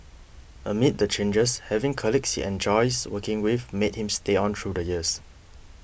amid the changes having colleagues he enjoys working with made him stay on through the years